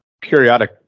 periodic